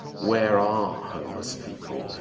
where are homeless people?